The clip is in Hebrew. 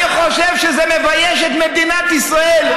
אני חושב שזה מבייש את מדינת ישראל.